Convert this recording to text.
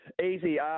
Easy